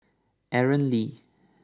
Aaron Lee